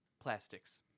Plastics